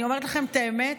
אני אומרת לכם את האמת: